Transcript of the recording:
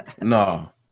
no